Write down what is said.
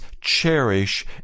cherish